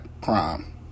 crime